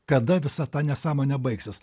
kada visa ta nesąmonė baigsis